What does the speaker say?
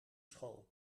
school